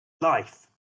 life